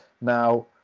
Now